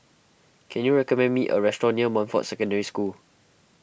can you recommend me a restaurant near Montfort Secondary School